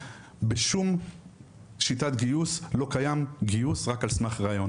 בשום שיטת גיוס לא קיים גיוס רק על סמך ראיון,